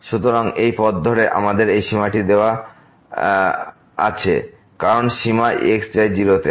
সুতরাং এই পথ ধরে আমাদের এই সীমাটি দেওয়া সীমা আছে কারণ সীমা x যায় 0 তে